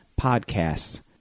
podcasts